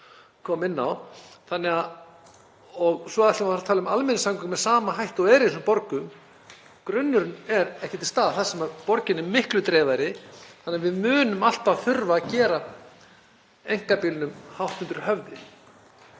kom inn á. Svo ætlum við að tala um almenningssamgöngur með sama hætti og er í þessum borgum. Grunnurinn er ekki til staðar þar sem borgin er miklu dreifðari þannig að við munum alltaf þurfa að gera einkabílnum hátt undir höfði.